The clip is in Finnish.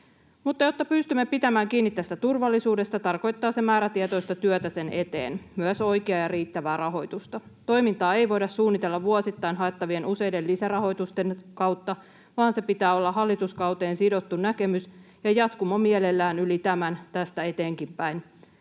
Mutta jotta pystymme pitämään kiinni tästä turvallisuudesta, tarkoittaa se määrätietoista työtä sen eteen, myös oikeaa ja riittävää rahoitusta. Toimintaa ei voida suunnitella vuosittain haettavien useiden lisärahoitusten kautta, vaan sen pitää olla hallituskauteen sidottu näkemys ja jatkumo mielellään tästä eteenkinpäin